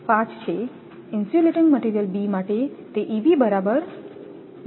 5 છે insulating material B માટે તે બરાબર 2